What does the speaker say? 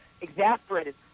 exasperated